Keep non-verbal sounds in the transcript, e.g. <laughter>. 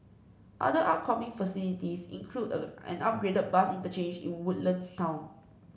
other upcoming facilities include <hesitation> an upgraded bus interchange in Woodlands town